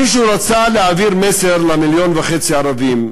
מישהו רצה להעביר מסר ל-1.5 מיליון ערבים,